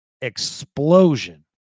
explosion